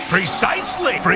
Precisely